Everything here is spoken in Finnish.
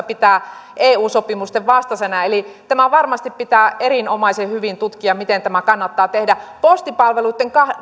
pitää eu sopimusten vastaisena eli tämä varmasti pitää erinomaisen hyvin tutkia miten tämä kannattaa tehdä postipalveluitten